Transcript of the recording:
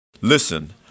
Listen